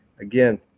Again